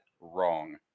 wrong